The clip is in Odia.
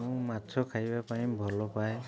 ମୁଁ ମାଛ ଖାଇବା ପାଇଁ ଭଲ ପାଏ